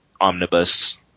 omnibus